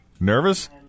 Nervous